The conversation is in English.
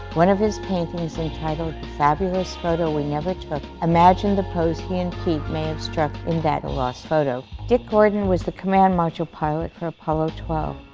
one of this paintings entitled fabulous photo we never took, imagined the pose he and pete may have struck in that lost photo. dick gordon was the command module pilot for apollo twelve.